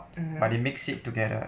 (uh huh)